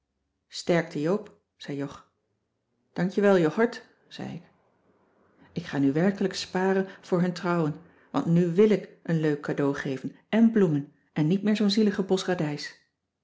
sterkte joop zei jog dank je wel joghurt zei ik ik ga nu werkelijk sparen voor hun trouwen want nu wil ik een leuk cadeau geven èn bloemen en niet meer zoo'n zielige bos radijs